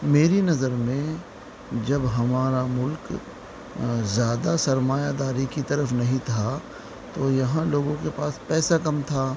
میری نظر میں جب ہمارا ملک زیادہ سرمایہ داری کی طرف نہیں تھا تو یہاں لوگوں کے پاس پیسہ کم تھا